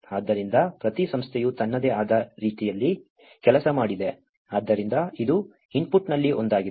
ಆದ್ದರಿಂದ ಪ್ರತಿ ಸಂಸ್ಥೆಯು ತನ್ನದೇ ಆದ ರೀತಿಯಲ್ಲಿ ಕೆಲಸ ಮಾಡಿದೆ ಆದ್ದರಿಂದ ಇದು ಇನ್ಪುಟ್ನಲ್ಲಿ ಒಂದಾಗಿದೆ